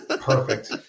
Perfect